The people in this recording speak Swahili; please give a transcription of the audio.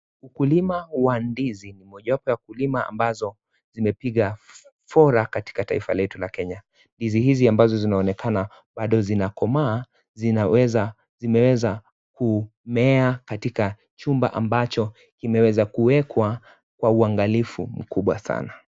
Ukulima wa ndizi ni mojawapo ya kulima ambazo zimepiga fora katika taifa letu la Kenya. Ndizi hizi ambazo zinaonekana bado zinakomaa zinaweza zimeweza kumea katika chumba ambacho kimeweza kuekwa kwa uangalifu mkubwa sana.